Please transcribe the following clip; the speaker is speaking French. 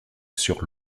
sur